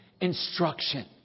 instruction